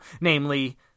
namely